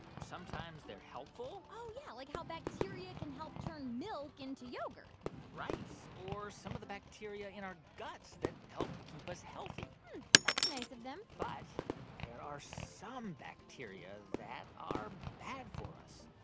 sometimes, they're helpful oh, yeah, like how bacteria can help turn milk into yogurt right. or some of the bacteria in our guts that help keep us healthy that's nice of them but there are some bacteria that are bad for us.